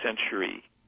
century